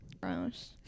Gross